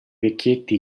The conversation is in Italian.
vecchietti